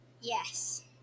yes